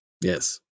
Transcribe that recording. Yes